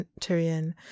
Tyrion